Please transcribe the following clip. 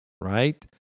right